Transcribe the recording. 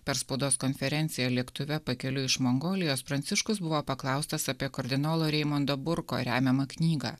per spaudos konferenciją lėktuve pakeliui iš mongolijos pranciškus buvo paklaustas apie kardinolo reimondo burko remiamą knygą